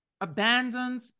abandoned